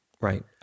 Right